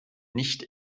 nicht